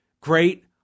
great